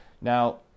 Now